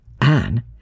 Anne